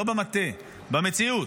לא במטה, במציאות.